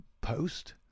post